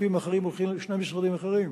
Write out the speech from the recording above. הכספים האחרים הולכים לשני המשרדים האחרים,